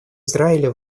израиля